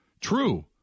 True